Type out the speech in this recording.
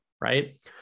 right